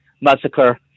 massacre